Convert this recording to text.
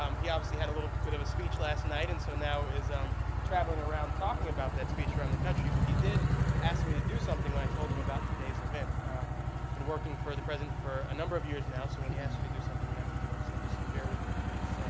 um he obviously had a little bit of a speech last night and so now is um traveling around talking about that speech around the country. but he did ask me to do something when i told him about today's event. i've been working for the president for a number of years now so when he asks you to do something, you have to do it, so just bear with me, please, sorry.